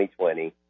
2020